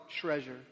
treasure